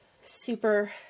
super